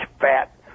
fat